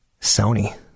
Sony